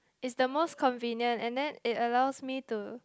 is the most convenient and then it allows me to